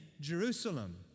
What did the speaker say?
Jerusalem